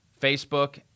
Facebook